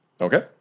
Okay